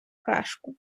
кашку